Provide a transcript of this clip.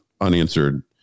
unanswered